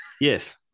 Yes